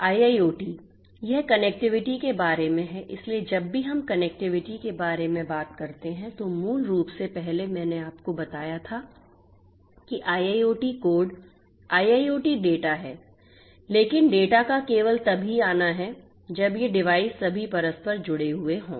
IIoT यह connectivity के बारे में है इसलिए जब भी हम कनेक्टिविटी के बारे में बात करते हैं तो मूल रूप से पहले मैंने आपको बताया था कि IIoT कोड IIoT डेटा है लेकिन डेटा को केवल तभी आना है जब ये डिवाइस सभी परस्पर जुड़े हुए हों